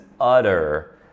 utter